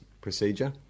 procedure